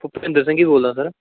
ਭੁਪਿੰਦਰ ਸਿੰਘ ਹੀ ਬੋਲਦਾ ਸਰ